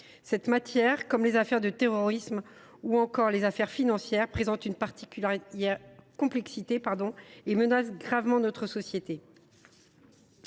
Cette matière, comme les affaires de terrorisme ou encore les affaires financières, présente une particulière complexité et menace gravement notre société.